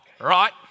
Right